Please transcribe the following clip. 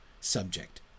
subject